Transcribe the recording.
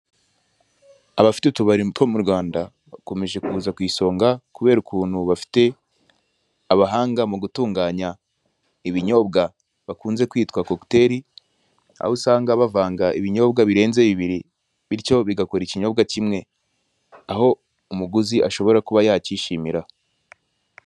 Abafite utubari two mu Rwanda bakomeje kuza ku isonga, kubera ukuntu bafite abahanga mu gutunganya ibinyobwa bakunze kwitwa kokiteli; aho usanga bavanga ibinyobwa birenze bibiri bityo bigakora ikinyobwa kimwe, aho umuguzi ashobora kuba yacyishimira.